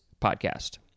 podcast